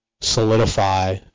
Solidify